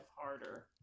harder